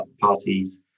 parties